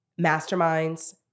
masterminds